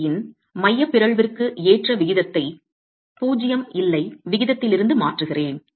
4t இன் மையப் பிறழ்விற்கு ஏற்ற விகிதத்தை 0 இல்லை விகிதத்திலிருந்து மாற்றுகிறேன்